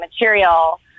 material